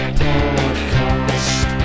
podcast